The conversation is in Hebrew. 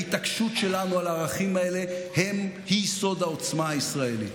ההתעקשות שלנו על הערכים האלה היא סוד העוצמה הישראלית.